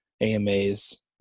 AMAs